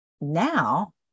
Now